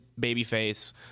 babyface